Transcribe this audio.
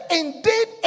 indeed